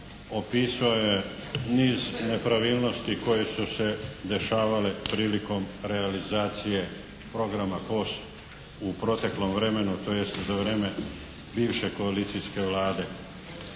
opisao je niz nepravilnosti koje su se dešavale prilikom realizacije programa POS u proteklom vremenu, tj. za vrijeme bivše koalicijske Vlade.